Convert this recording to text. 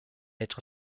être